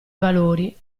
valori